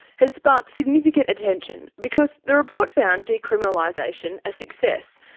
has sparked significant attention because the report found decriminalisation a success,